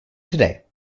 today